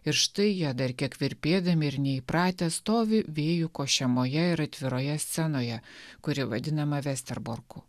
ir štai jie dar kiek virpėdami ir neįpratę stovi vėjų košiamoje ir atviroje scenoje kuri vadinama vesterborku